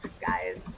guys